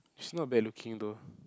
she's not bad looking though